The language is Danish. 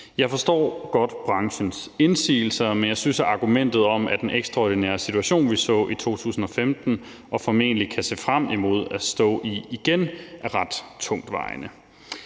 Jeg forstår godt branchens indsigelser, men jeg synes, at argumentet om den ekstraordinære situation, vi så i 2015 og formentlig kan se frem imod at stå i igen, er ret tungtvejende.